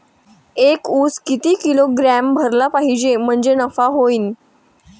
एक उस किती किलोग्रॅम भरला पाहिजे म्हणजे नफा होईन?